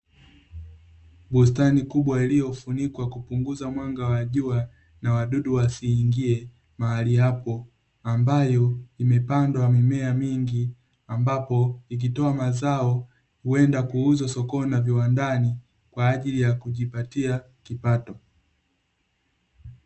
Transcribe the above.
Bustani kubwa iliyofunikwa kupunguza mwanga wa jua, na wadudu wasiingie mahali hapo, ambayo imepandwa mimea mingi, ambapo ikitoa mazao huenda kuuzwa sokoni na viwandani, kwa ajili ya kujipatia kipato.